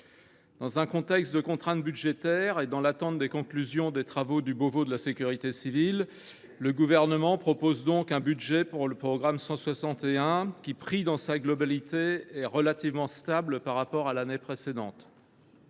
Dans un contexte de contrainte budgétaire, et dans l’attente des conclusions des travaux du Beauvau de la sécurité civile, le Gouvernement propose donc pour le programme 161 un budget qui, pris dans sa globalité, apparaît relativement stable par rapport à l’année précédente.